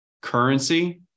currency